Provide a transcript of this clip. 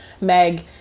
Meg